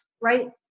right